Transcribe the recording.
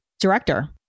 director